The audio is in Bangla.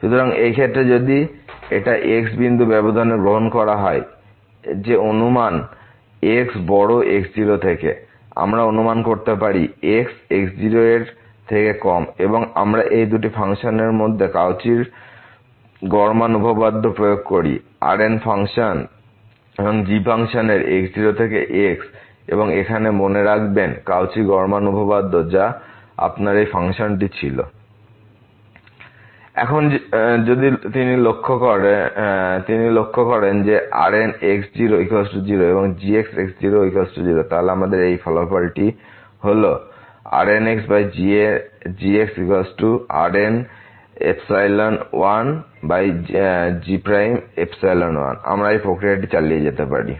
সুতরাং এই ক্ষেত্রে যদি এটা xবিন্দু ব্যবধানে গ্রহণ করা হয় এবং যে অনুমান x বড় x0থেকে আমরা অনুমান করতে পারি x x0 এর থেকে কম এবং এখন আমরা এই দুইটি ফাংশনের জন্য কাউচির গড় মান উপপাদ্য প্রয়োগ করি Rn ফাংশন এবং g ফাংশনের x0 থেকে x এবং এখন মনে রাখবেন Cauchy গড় মান উপপাদ্য যা আপনার এই ফাংশনটি ছিল Rnx Rnx0gx gRn1g1 এখন যদি তিনি লক্ষ্য করেন যে Rnx0 0 এবং gx0 0 তাহলে আমাদের এই ফলাফলটি হল ⟹RnxgxRn1g1x01x আমরা এই প্রক্রিয়া চালিয়ে যেতে পারি